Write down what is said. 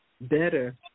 better